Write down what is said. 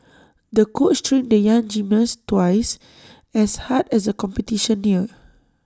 the coach trained the young gymnast twice as hard as the competition neared